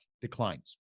declines